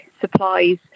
supplies